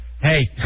Hey